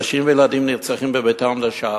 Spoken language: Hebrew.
נשים וילדים נרצחים בביתם לשווא.